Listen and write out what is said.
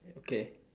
okay